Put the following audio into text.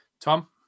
Tom